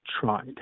tried